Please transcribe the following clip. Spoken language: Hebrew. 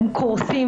הם פשוט קורסים.